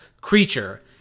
Creature